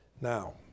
Now